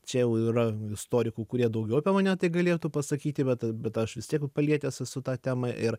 čia jau yra istorikų kurie daugiau apie mane tai galėtų pasakyti bet bet aš vis tiek palietęs esu tą temą ir